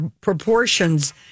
proportions